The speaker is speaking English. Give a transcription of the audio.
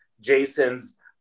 Jason's